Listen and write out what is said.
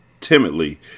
Timidly